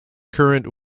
current